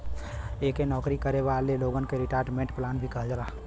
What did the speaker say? एके नौकरी करे वाले लोगन क रिटायरमेंट प्लान भी कहल जाला